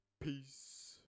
Peace